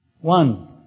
One